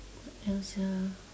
what else ah